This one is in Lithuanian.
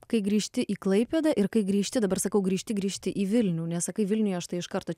kai grįžti į klaipėdą ir kai grįžti dabar sakau grįžti grįžti į vilnių nes sakai vilniuje aš tai iš karto